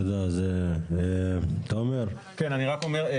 אני רק אומר,